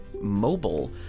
mobile